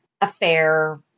affair